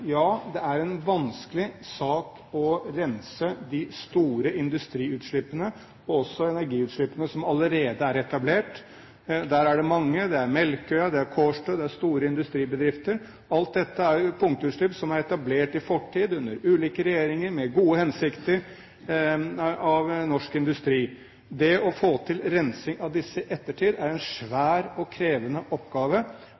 Ja, det er en vanskelig sak å rense de store industriutslippene og også energiutslippene som allerede er etablert. Der er det mange. Det er Melkøya. Det er Kårstø. Det er store industribedrifter. Alt dette er punktutslipp som er etablert i fortid, under ulike regjeringer, med gode hensikter av norsk industri. Å få til rensing av disse i ettertid er en